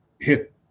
hit